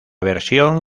versión